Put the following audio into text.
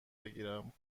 بگیرم